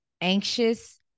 anxious